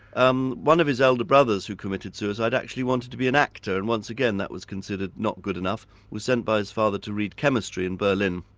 um one of his elder brothers who committed suicide, actually wanted to be an actor, and once again that was considered not good enough. he was sent by his father to read chemistry in berlin,